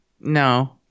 No